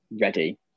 ready